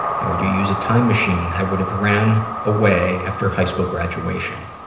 how would you use a time machine? i would have ran away after high school graduation.